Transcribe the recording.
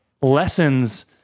lessons